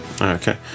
okay